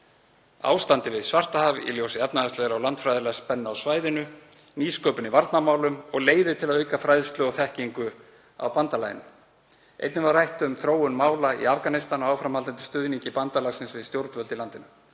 ástandið við Svartahaf í ljósi efnahagslegrar og landfræðilegrar spennu á svæðinu, nýsköpun í varnarmálum og leiðir til að auka fræðslu og þekkingu á bandalaginu. Einnig var rætt um þróun mála í Afganistan og áframhaldandi stuðning bandalagsins við stjórnvöld í landinu,